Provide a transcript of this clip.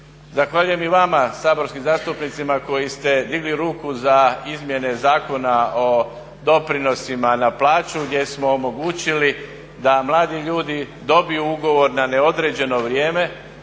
Zahvaljujem i vama saborskim zastupnicima koji ste digli ruku za izmjene Zakona o doprinosima na plaću gdje smo omogućili da mladi ljudi dobiju ugovor na neodređeno vrijeme